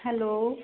hello